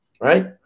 Right